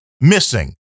missing